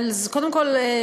אז קודם כול,